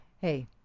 hey